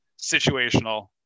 situational